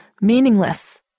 meaningless